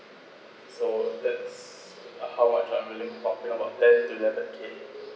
so that's uh how much I'm willing to about ten to eleven K